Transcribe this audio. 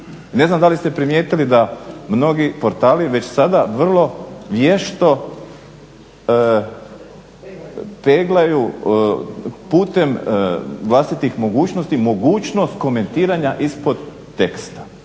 Ne znam da li ste primijetili da mnogi portali već sada vrlo vješto peglaju putem vlastitih mogućnosti, mogućnost komentiranja ispod teksta.